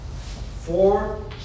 four